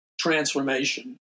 transformation